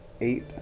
Eight